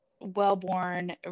well-born